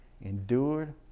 endured